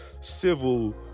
civil